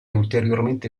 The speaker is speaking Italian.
ulteriormente